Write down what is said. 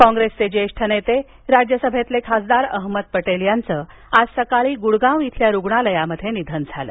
पटेल कॉग्रेसचे ज्येष्ठ नेते राज्यसभेतील खासदार अहमद पटेल यांचं आज सकाळी गुडगाव इथल्या रुग्णालयात निधन झालं